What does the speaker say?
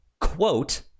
quote